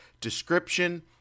Description